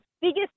biggest